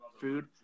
food